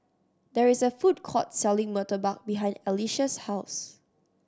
there is a food court selling murtabak behind Alycia's house